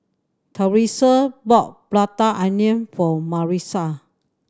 Therese bought Prata Onion for Marissa